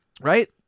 right